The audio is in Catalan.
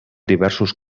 diversos